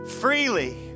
Freely